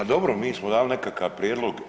A dobro mi smo dali nekakav prijedlog.